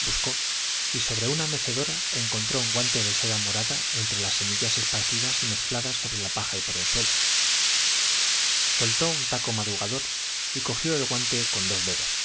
buscó y sobre una mecedora encontró un guante de seda morada entre las semillas esparcidas y mezcladas sobre la paja y por el suelo soltó un taco madrugador y cogió el guante con dos dedos